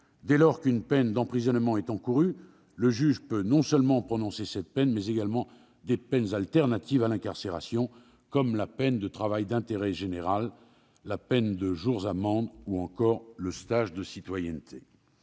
dès lors qu'une peine d'emprisonnement est encourue, le juge peut prononcer non seulement celle-ci, mais également des peines autres que l'incarcération, comme le travail d'intérêt général, la peine de jours-amendes ou encore le stage de citoyenneté.